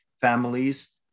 families